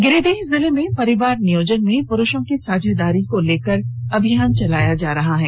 गिरिडीह जिले में परिवार नियोजन में पुरुषों की साझेदारी को लेकर अभियान चलाया जा रहा है